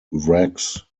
wrecks